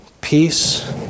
peace